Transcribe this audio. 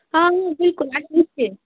آ بِلکُل اَسہِ بُتھِ